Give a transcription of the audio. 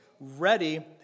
ready